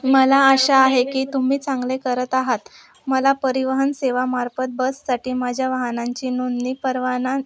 मला अशा आहे की तुम्ही चांगले करत आहात मला परिवहन सेवामार्फत बससाठी माझ्या वाहनांची नोंदणी परवाना